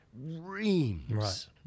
reams